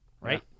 right